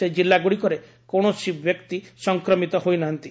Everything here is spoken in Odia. ସେହି ଜିଲ୍ଲା ଗୁଡ଼ିକରେ କୌଣସି ବ୍ୟକ୍ତି ସଂକ୍ରମିତ ହୋଇନାହାନ୍ତି